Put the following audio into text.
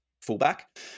fullback